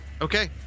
Okay